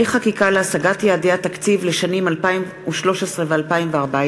חקיקה להשגת יעדי התקציב לשנים 2013 ו-2014),